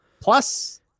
Plus